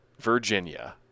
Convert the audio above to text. Virginia